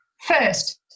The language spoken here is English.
First